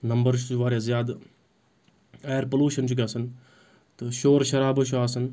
number چھُ واریاہ زیادٕ اَیر پلوٗشَن چھُ گَژھَان تہٕ شور شَرابہٕ چھُ آسَان